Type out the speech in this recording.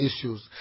issues